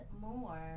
more